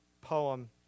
poem